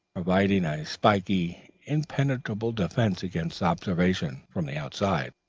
providing a spiky, impenetrable defence against observation, from the outside,